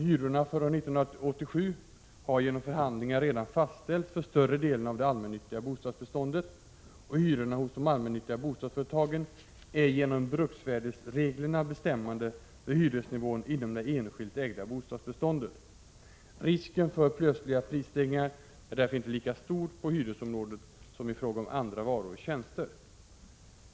Hyrorna för år 1987 har genom förhandlingar redan fastställts för större delen av det allmännyttiga bostadsbeståndet, och hyrorna hos de allmännyttiga bostadsföretagen är genom bruksvärdesreglerna bestämmande för hyresnivån inom det enskilt ägda bostadsbeståndet. Risken för plötsliga prisstegringar är därför inte lika stor på hyresområdet som i fråga om andra varor och tjänster.